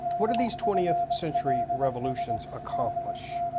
what do these twentieth century revolutions accomplish?